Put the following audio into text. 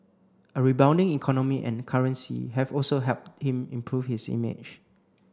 a rebounding economy and currency have also helped him improve his image